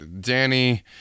Danny